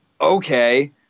Okay